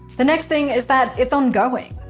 the next thing is that it's ongoing,